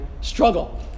struggle